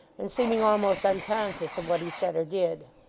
and seeming almost unconscious of what he said or did.